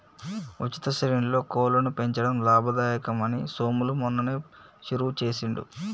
ఉచిత శ్రేణిలో కోళ్లను పెంచడం లాభదాయకం అని సోములు మొన్ననే షురువు చేసిండు